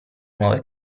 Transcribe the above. nuove